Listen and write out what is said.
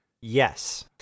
Yes